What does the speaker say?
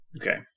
Okay